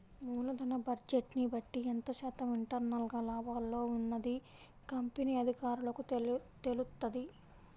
మూలధన బడ్జెట్ని బట్టి ఎంత శాతం ఇంటర్నల్ గా లాభాల్లో ఉన్నది కంపెనీ అధికారులకు తెలుత్తది